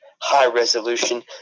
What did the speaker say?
high-resolution